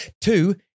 Two